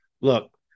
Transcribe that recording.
Look